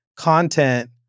content